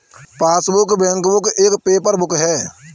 passbook, bankbook एक paper book है